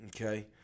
okay